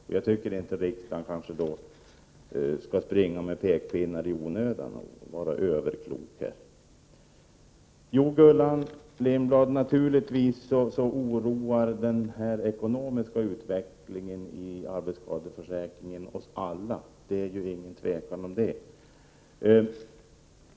Då tycker jag inte att riksdagen skall springa med pekpinnar i onödan och vara överklok. Till Gullan Lindblad: Naturligtvis oroar den ekonomiska utvecklingen inom arbetsskadeförsäkringen oss alla — det är ingen tvekan om det.